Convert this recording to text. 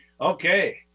Okay